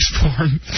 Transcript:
porn